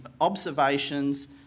observations